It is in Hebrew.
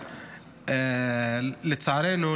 לצערנו,